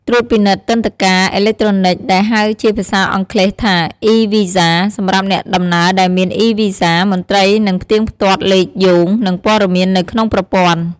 ត្រួតពិនិត្យទិដ្ឋាការអេឡិចត្រូនិក ដែលហៅជាភាសាអង់គ្លេសថា e-Visa សម្រាប់អ្នកដំណើរដែលមាន e-Visa មន្ត្រីនឹងផ្ទៀងផ្ទាត់លេខយោង និងព័ត៌មាននៅក្នុងប្រព័ន្ធ។